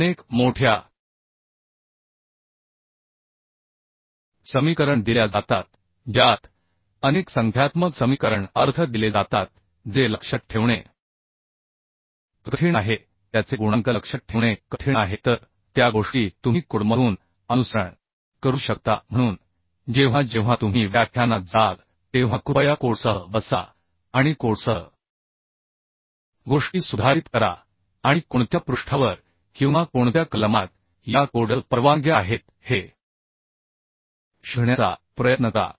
अनेक मोठ्या समीकरण दिल्या जातात ज्यात अनेक संख्यात्मक समीकरण अर्थ दिले जातात जे लक्षात ठेवणे कठीण आहे त्याचे गुणांक लक्षात ठेवणे कठीण आहे तर त्या गोष्टी तुम्ही कोडमधून अनुसरण करू शकता म्हणून जेव्हा जेव्हा तुम्ही व्याख्यानात जाल तेव्हा कृपया कोडसह बसा आणि कोडसहगोष्टी सुधारित करा आणि कोणत्या पृष्ठावर किंवा कोणत्या कलमात या कोडल परवानग्या आहेत हे शोधण्याचा प्रयत्न करा